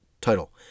title